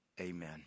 Amen